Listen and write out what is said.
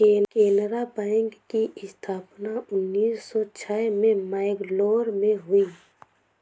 Canara bank की स्थापना उन्नीस सौ छह में मैंगलोर में हुई